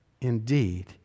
indeed